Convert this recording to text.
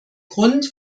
grund